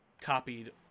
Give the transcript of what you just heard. copied